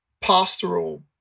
pastoral